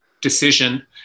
decision